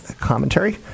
commentary